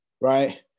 right